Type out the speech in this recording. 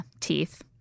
Teeth